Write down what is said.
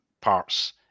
parts